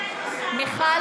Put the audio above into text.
מיכל